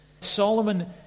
solomon